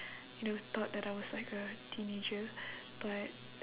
you know thought that I was like a teenager but